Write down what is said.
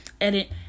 edit